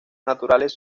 naturales